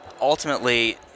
ultimately—